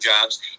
jobs